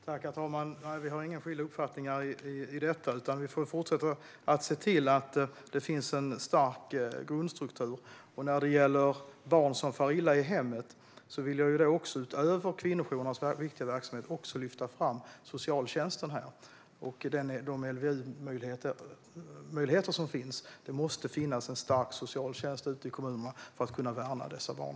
Herr talman! Vi har inga skilda uppfattningar i detta, utan vi får fortsätta att se till att det finns en stark grundstruktur. När det gäller barn som far illa i hemmet vill jag förutom kvinnojourernas viktiga verksamhet lyfta fram socialtjänsten och de LVU-möjligheter som finns. Det måste finnas en stark socialtjänst ute i kommunerna för att kunna värna dessa barn.